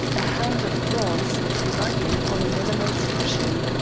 a hand of bronze lying on an enamelled cushion.